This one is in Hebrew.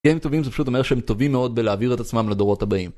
כי הם טובים זה פשוט אומר שהם טובים מאוד בלהעביר את עצמם לדורות הבאים